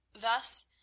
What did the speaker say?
thus